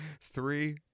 Three